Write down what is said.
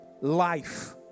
life